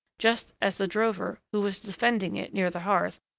just as the drover, who was defending it near the hearth,